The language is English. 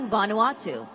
Vanuatu